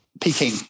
Peking